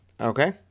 Okay